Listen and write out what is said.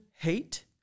hate